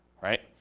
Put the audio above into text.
right